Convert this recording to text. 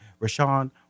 Rashawn